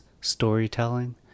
storytelling